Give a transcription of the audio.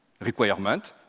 Requirement